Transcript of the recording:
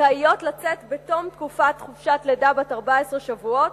זכאיות לצאת בתום תקופת חופשת לידה בת 14 שבועות